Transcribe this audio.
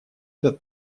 этот